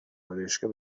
آرایشگاه